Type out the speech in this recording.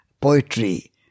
poetry